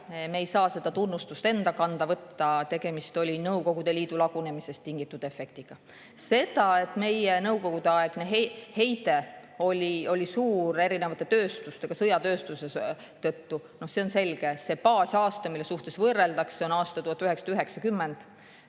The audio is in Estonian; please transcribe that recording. me ei saa seda tunnustust enda kanda võtta. Tegemist oli Nõukogude Liidu lagunemisest tingitud efektiga. See, et meie Nõukogude-aegne heide oli suur erinevate tööstuste, ka sõjatööstuse tõttu, on selge. See baasaasta, mille suhtes võrreldakse, on 1990,